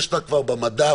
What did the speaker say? יש לה כבר במדף